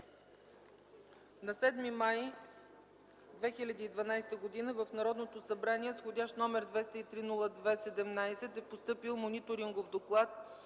На 7 май 2012 г. в Народното събрание с вх. № 203-02-17 е постъпил Мониторингов доклад